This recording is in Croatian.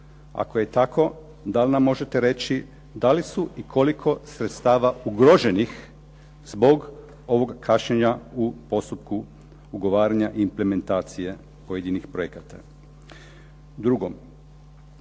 Ako je tako, da li nam možete reći da li su i koliko sredstava ugroženih zbog ovog kašnjenja u postupku ugovaranja implementacije pojedinih projekata?